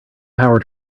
power